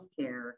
healthcare